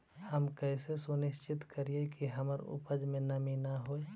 हम कैसे सुनिश्चित करिअई कि हमर उपज में नमी न होय?